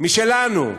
משלנו,